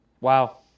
Wow